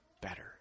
better